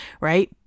right